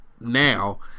now